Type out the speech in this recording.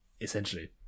essentially